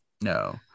No